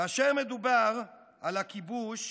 כאשר מדובר על הכיבוש,